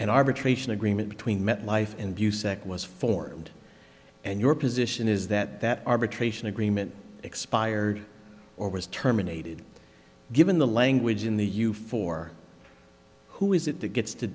an arbitration agreement between met life and view sec was formed and your position is that that arbitration agreement expired or was terminated given the language in the you for who is it to gets to